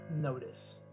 notice